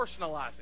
personalizing